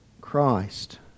Christ